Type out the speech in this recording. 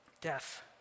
death